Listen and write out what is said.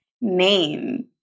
name